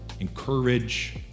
encourage